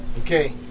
okay